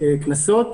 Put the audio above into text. קנסות.